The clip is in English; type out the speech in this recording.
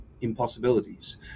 impossibilities